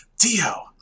Dio